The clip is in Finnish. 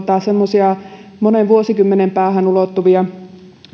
semmoisia monen vuosikymmenen päähän ulottuvia